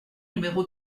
numéro